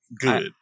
good